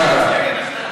תודה רבה.